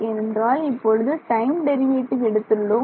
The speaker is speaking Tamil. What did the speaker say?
ஏனென்றால் இப்பொழுது டைம் டெரிவேட்டிவ் எடுத்துள்ளோம்